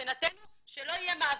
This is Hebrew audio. שמבחינתנו שלא יהיה מעבר,